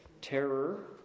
terror